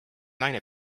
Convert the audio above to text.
naine